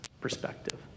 perspective